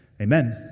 Amen